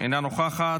אינה נוכחת,